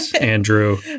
Andrew